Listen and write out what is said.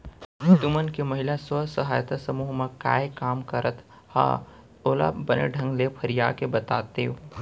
तुमन के महिला स्व सहायता समूह म काय काम करत हा ओला बने ढंग ले फरिया के बतातेव?